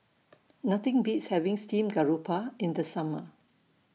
Nothing Beats having Steamed Garoupa in The Summer